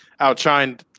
outshined